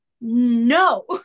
no